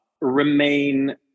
remain